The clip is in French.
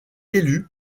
élue